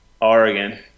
Oregon